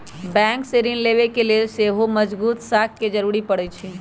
bank से ऋण लेबे के लेल सेहो मजगुत साख के जरूरी परै छइ